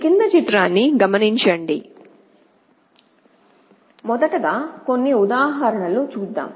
మొదట గా కొన్ని ఉదాహరణలు చూద్దాం